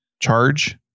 charge